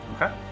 Okay